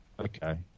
Okay